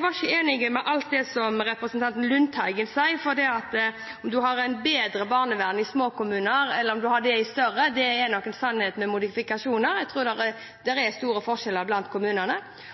var ikke enig i alt representanten Lundteigen sa, for at en har bedre barnevern i små kommuner – eller om de er bedre i større kommuner – er nok en sannhet med modifikasjoner. Jeg tror det er store forskjeller blant kommunene.